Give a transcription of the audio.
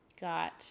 got